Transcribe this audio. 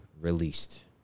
released